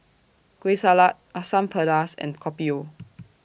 Kueh Salat Asam Pedas and Kopi O